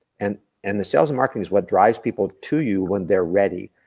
and and the sales and marketing is what drives people to you when they're ready.